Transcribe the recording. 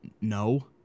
No